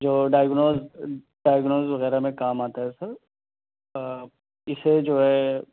جو diagnose diagnose وغیرہ میں کام آتا ہے سر اِسے جو ہے